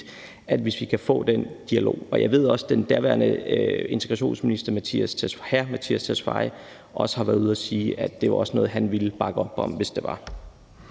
hvis vi kan få den dialog. Jeg ved også, at den daværende integrationsminister, hr. Mattias Tesfaye, også har været ude at sige, at det også er noget, han ville bakke op om, hvis det var